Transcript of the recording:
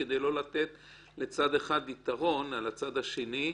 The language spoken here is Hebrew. כדי לא לתת לצד אחד יתרון על הצד השני?